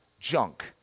junk